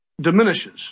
diminishes